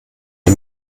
die